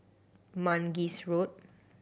Mangis Road